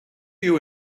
you